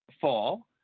fall –